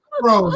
bro